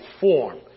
form